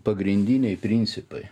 pagrindiniai principai